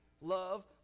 love